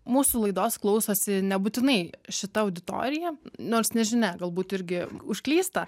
mūsų laidos klausosi nebūtinai šita auditorija nors nežinia galbūt irgi užklysta